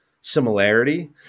similarity